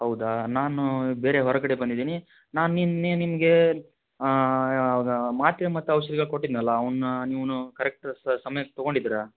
ಹೌದಾ ನಾನು ಬೇರೆ ಹೊರಗಡೆ ಬಂದಿದ್ದೀನಿ ನಾನು ನಿನ್ನೆ ನಿಮಗೆ ಯಾವಾಗ ಮಾತ್ರೆ ಮತ್ತು ಔಷಧಿಗಳು ಕೊಟ್ಟಿದ್ನಲ್ಲ ಅವನ್ನ ನೀವುನು ಕರೆಕ್ಟ್ ಸಮಯಕ್ಕೆ ತೊಗೊಂಡಿದ್ದೀರಾ